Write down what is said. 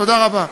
תודה רבה.